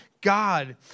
God